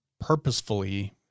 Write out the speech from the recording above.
purposefully